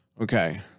Okay